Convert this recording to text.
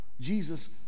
Jesus